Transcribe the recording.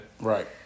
right